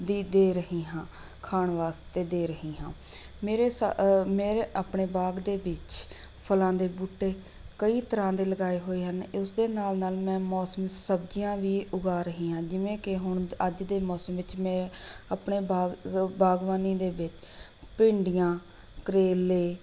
ਦੀ ਦੇ ਰਹੀ ਹਾਂ ਖਾਣ ਵਾਸਤੇ ਦੇ ਰਹੀ ਹਾਂ ਮੇਰੇ ਸ ਮੇਰੇ ਆਪਣੇ ਬਾਗ਼ ਦੇ ਵਿੱਚ ਫਲਾਂ ਦੇ ਬੂਟੇ ਕਈ ਤਰ੍ਹਾਂ ਦੇ ਲਗਾਏ ਹੋਏ ਹਨ ਉਸਦੇ ਨਾਲ਼ ਨਾਲ਼ ਮੈਂ ਮੌਸਮੀ ਸਬਜ਼ੀਆਂ ਵੀ ਉਗਾ ਰਹੀ ਹਾਂ ਜਿਵੇਂ ਕਿ ਹੁਣ ਅੱਜ ਦੇ ਮੌਸਮ ਵਿੱਚ ਮੈਂ ਆਪਣੇ ਬਾਗ ਬਾਗਬਾਨੀ ਦੇ ਵਿੱਚ ਭਿੰਡੀਆਂ ਕਰੇਲੇ